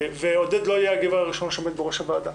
עודד לא יהיה הגבר הראשון שעומד בראש הוועדה.